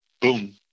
boom